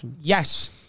Yes